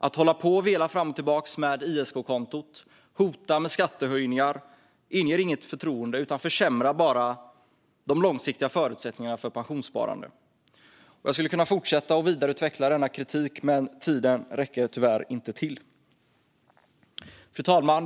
Att hålla på och vela fram och tillbaka med ISK-kontot - hota med skattehöjningar - inger inget förtroende utan försämrar bara de långsiktiga förutsättningarna för pensionssparande. Jag skulle kunna fortsätta och vidareutveckla denna kritik, men tiden räcker tyvärr inte till. Fru talman!